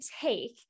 take